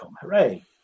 hooray